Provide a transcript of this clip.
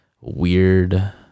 weird